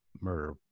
murder